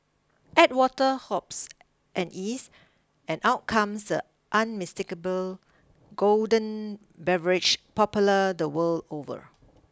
add water hops and yeast and out comes the unmistakable golden beverage popular the world over